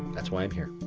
that's why i'm here.